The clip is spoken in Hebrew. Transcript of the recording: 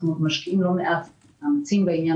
אנחנו משקיעים לא מעט מאמצים בעניין